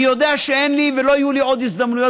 אני יודע שאין לי ולא יהיו לי עוד הזדמנויות